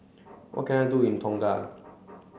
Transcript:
what can I do in Tonga